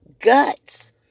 guts